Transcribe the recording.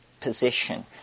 position